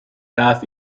darf